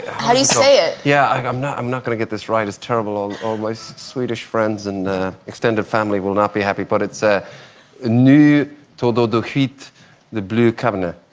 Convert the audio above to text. how do you say it? yeah, i'm not i'm not gonna get this right as terrible always swedish friends and extended family will not be happy but it's a new todo defeat the blue cabinet